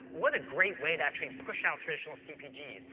what a great way to actually push out traditional cpgs.